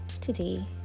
today